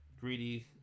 greedy